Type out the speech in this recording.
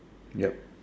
yup